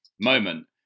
moment